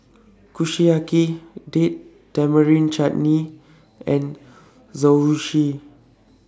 Kushiyaki Date Tamarind Chutney and Zosui